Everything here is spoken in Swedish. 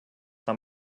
han